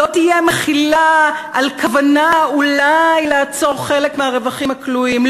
לא תהיה מחילה על כוונה אולי לעצור חלק מהרווחים הכלואים,